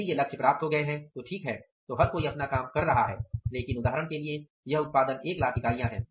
यदि ये लक्ष्य प्राप्त हो गए हैं तो ठीक हैं तो हर कोई अपना काम कर रहा है लेकिन उदाहरण के लिए यह उत्पादन 100000 इकाइयां है